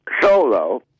solo